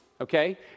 okay